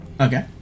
Okay